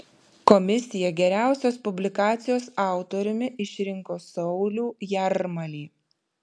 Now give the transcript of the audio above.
komisija geriausios publikacijos autoriumi išrinko saulių jarmalį